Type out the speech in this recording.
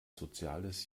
soziales